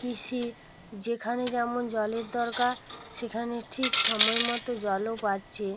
কৃষি যেখানে যেমন জলের দরকার সেখানে ঠিক সময় মতো জলও পাচ্ছে